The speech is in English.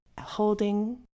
holding